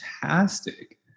fantastic